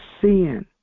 sin